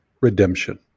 redemption